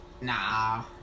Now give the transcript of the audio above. Nah